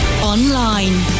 Online